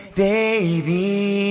Baby